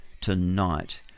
tonight